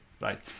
Right